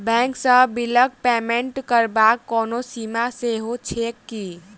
Bank सँ बिलक payment करबाक कोनो सीमा सेहो छैक की?